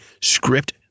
script